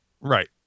Right